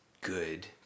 good